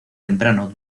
temprano